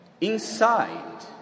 Inside